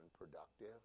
unproductive